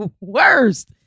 worst